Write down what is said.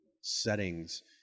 settings